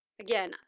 Again